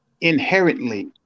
inherently